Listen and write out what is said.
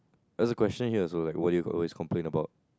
there's a question here also like what do you always complain about